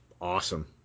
awesome